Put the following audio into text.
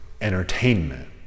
entertainment